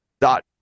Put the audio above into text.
Dot